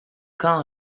quand